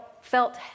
felt